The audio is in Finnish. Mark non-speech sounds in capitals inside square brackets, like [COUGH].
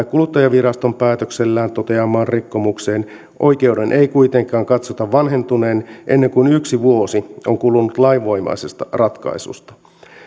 [UNINTELLIGIBLE] kuluttajaviraston päätöksellään toteamaan rikkomukseen oikeuden ei kuitenkaan katsota vanhentuneen ennen kuin yksi vuosi on kulunut lainvoimaisesta ratkaisusta